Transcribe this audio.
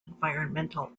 environmental